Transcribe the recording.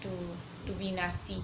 to to be nasty